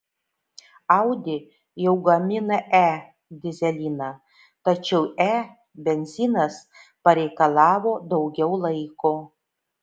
audi jau gamina e dyzeliną tačiau e benzinas pareikalavo daugiau laiko